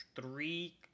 three